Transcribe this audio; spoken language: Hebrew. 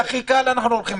לסיום, האם יש עוד משהו חשוב?